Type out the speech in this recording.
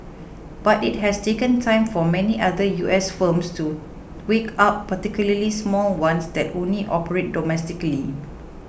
but it has taken time for many other U S firms to wake up particularly small ones that only operate domestically